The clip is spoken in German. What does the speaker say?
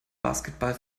basketball